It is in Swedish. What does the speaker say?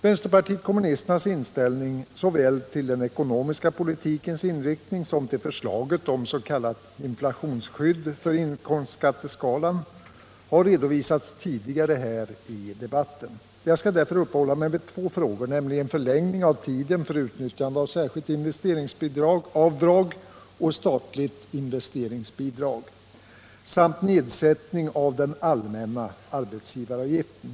Vänsterpartiet kommunisternas inställning såväl till den ekonomiska politikens inriktning som till förslaget om s.k. inflationsskydd i inkomstskatteskalan har redovisats tidigare här i debatten. Jag skall därför i denna del av mitt anförande uppehålla mig vid två frågor, nämligen förlängning av tiden för utnyttjande av särskilt investeringsavdrag och statligt investeringsbidrag samt nedsättning av den allmänna arbetsgivaravgiften.